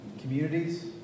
communities